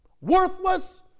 worthless